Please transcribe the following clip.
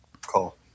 call